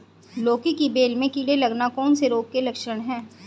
लौकी की बेल में कीड़े लगना कौन से रोग के लक्षण हैं?